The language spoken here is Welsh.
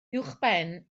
uwchben